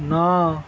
ନଅ